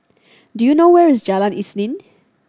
do you know where is Jalan Isnin